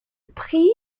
prix